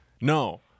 No